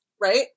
right